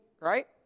right